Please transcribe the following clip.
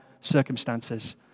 circumstances